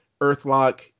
Earthlock